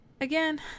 Again